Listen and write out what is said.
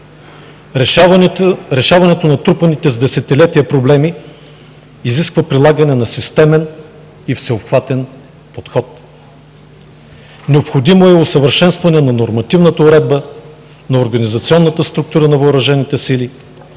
Решаването на натрупаните с десетилетия проблеми изисква прилагане на системен и всеобхватен подход. Необходимо е усъвършенстване на нормативната уредба, на организационната структура на Въоръжените сили,